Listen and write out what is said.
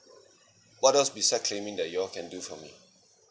what else beside claiming that you all can do for me